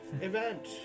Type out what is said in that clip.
Event